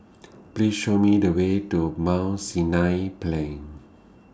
Please Show Me The Way to Mount Sinai Plain